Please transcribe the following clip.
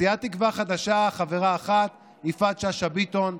מסיעת תקווה חדשה חברה אחת: יפעת שאשא ביטון,